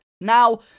Now